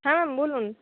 হ্যাঁ বলুন